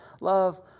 love